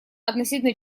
относительно